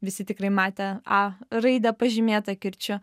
visi tikrai matė a raidę pažymėtą kirčiu